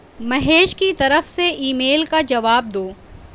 مہیش کی طرف سے ای میل کا جواب دو